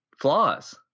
flaws